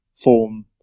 form